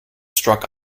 struck